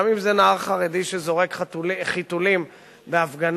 גם אם זה נער חרדי שזורק חיתולים בהפגנה,